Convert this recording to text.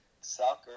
Soccer